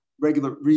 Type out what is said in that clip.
regular